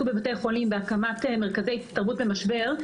בבתי חולים בהקמת מרכזי התערבות במשבר,